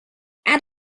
and